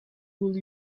will